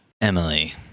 Emily